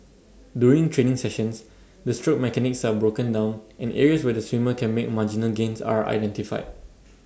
during training sessions the stroke mechanics are broken down and areas where the swimmer can make marginal gains are identified